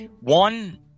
one